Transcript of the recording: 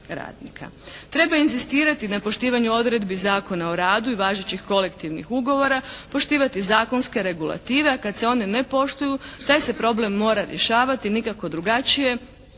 Treba inzistirati na poštivanju odredbi Zakona o radu i važećih kolektivnih ugovora, poštivati zakonske regulative a kad se one ne poštuju taj se problem mora rješavati nikako drugačije